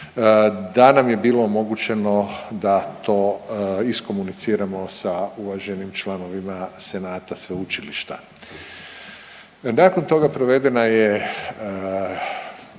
da nam je bilo omogućeno da to iskomuniciramo sa uvaženim članovima senata sveučilišta. Nakon toga provedena je